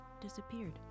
disappeared